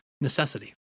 necessity